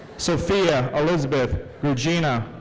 sophia elizabeth grudzina.